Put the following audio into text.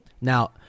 Now